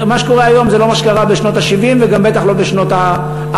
מה שקורה היום זה לא מה שקרה בשנות ה-70 ובטח גם לא בשנות ה-40.